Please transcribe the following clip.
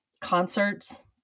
concerts